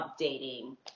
updating